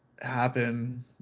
happen